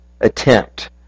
attempt